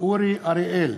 אורי אריאל,